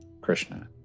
Krishna